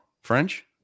french